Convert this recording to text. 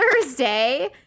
Thursday